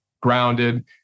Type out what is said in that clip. grounded